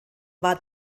war